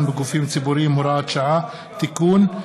בגופים ציבוריים (הוראת שעה) (תיקון),